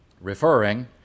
Referring